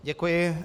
Děkuji.